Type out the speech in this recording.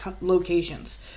locations